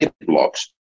blocks